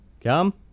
Come